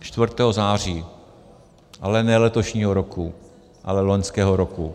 Čtvrtého září, ale ne letošního roku, ale loňského roku.